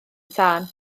tân